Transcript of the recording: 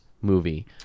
movie